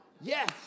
Yes